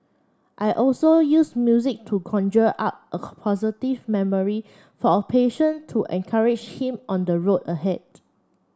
I also use music to conjure up a positive memory for a patient to encourage him on the road ahead